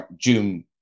June